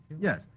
Yes